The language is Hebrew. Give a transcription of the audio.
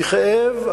בכאב,